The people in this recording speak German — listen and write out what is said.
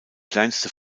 kleinste